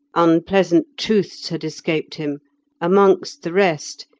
unpleasant truths had escaped him amongst the rest,